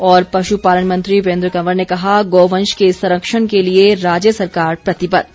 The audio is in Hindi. और पशुपालन मंत्री वीरेन्द्र कंवर ने कहा गौ वंश के संरक्षण के लिए राज्य सरकार प्रतिबद्व